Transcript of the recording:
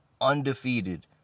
undefeated